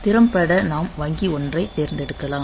திறம்பட நாம் வங்கி 1 ஐத் தேர்ந்தெடுக்கலாம்